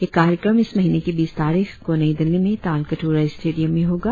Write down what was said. यह कार्यक्रम इस महीने की बीस तारीख को नई दिल्ली में तालकटोरा स्टेडियम में होगा